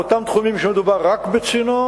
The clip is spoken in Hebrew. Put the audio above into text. באותם תחומים שבהם מדובר רק בצינור,